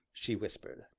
she whispered.